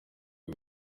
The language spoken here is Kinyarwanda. ibi